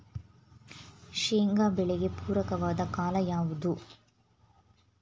ಶೇಂಗಾ ಬೆಳೆಗೆ ಪೂರಕವಾದ ಕಾಲ ಯಾವುದು?